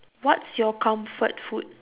what's your comfort food